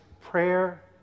prayer